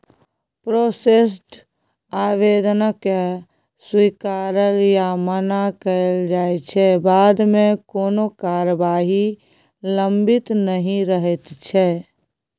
processed आबेदनकेँ स्वीकारल या मना कएल जाइ छै बादमे कोनो कारबाही लंबित नहि रहैत छै